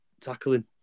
tackling